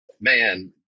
man